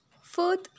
Fourth